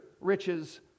riches